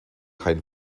kein